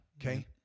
Okay